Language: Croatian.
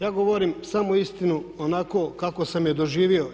Ja govorim samo istinu onako kako sam je doživio.